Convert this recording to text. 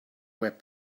web